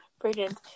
brilliant